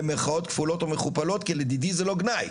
במירכאות כפולות ומכופלות כי לדידי זה לא גנאי.